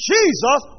Jesus